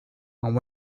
and